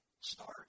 start